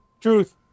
Truth